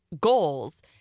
goals